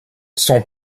son